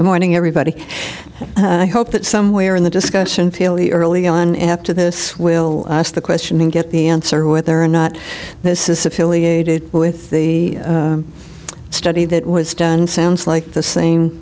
robin morning everybody i hope that somewhere in the discussion feel the early on after this we'll ask the question and get the answer whether or not this is affiliated with the study that was done sounds like the same